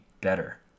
better